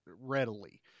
readily